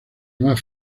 más